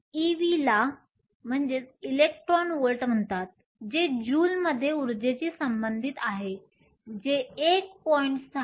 ev ला electron volt म्हणतात हे ज्यूल्समध्ये ऊर्जेशी संबंधित आहे जे 1